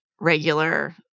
regular